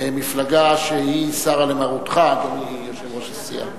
ממפלגה שהיא סרה למרותך, אדוני יושב-ראש הסיעה.